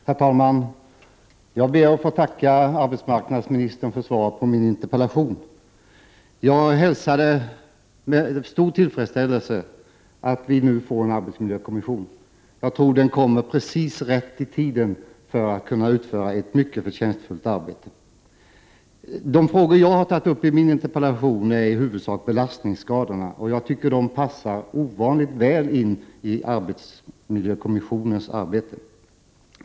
Herr talman! Jag ber att få tacka arbetsmarknadsministern för svaret på min interpellation. Att vi nu får en arbetsmiljökommission, hälsar jag med stor tillfredsställelse. Jag tror att den kommer precis rätt i tiden för att den skall kunna utföra ett mycket förtjänstfullt arbete. De frågor jag har tagit upp i min interpellation gäller i huvudsak belastningsskadorna. Jag tycker att de skadorna passar ovanligt väl in i arbetsmiljökommissionens arbete.